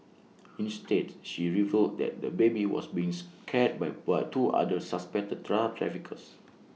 instead she revealed that the baby was being cared by what two other suspected drug traffickers